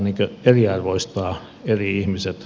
tämä eriarvoistaa eri ihmiset